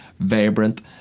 vibrant